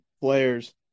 players